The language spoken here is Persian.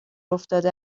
افتاده